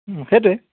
সেইটোৱেই